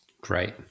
Great